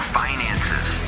finances